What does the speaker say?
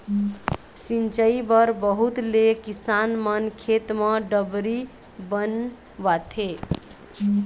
सिंचई बर बहुत ले किसान मन खेत म डबरी बनवाथे